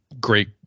great